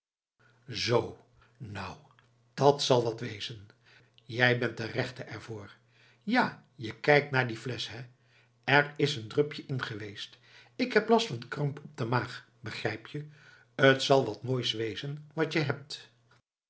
zoo nou dat zal wat wezen jij bent de rechte er voor ja je kijkt naar die flesch hé er is een drupje in geweest ik heb last van kramp op de maag begrijp je t zal wat moois wezen wat je hebt